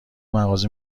مغازه